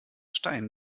stein